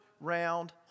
round